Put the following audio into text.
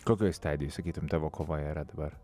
kokioj stadijoj sakytumetavo kova yra dabar